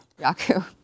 Yaku